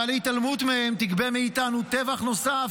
אבל התעלמות מהם תגבה מאיתנו טבח נוסף,